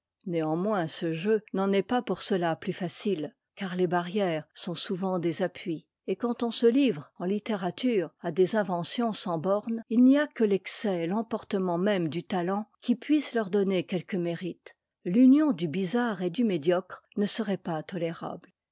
néanmoins ce jeu n'en est pas pour cela plus facile car les barrières sont souvent des appuis et quand on se livre en littérature à des inventions sans bornes il n'y a que l'excès et l'emportement même du talent qui puissent leur donner quelque mérite l'union du bizarre et du médiocre ne serait pas tolérable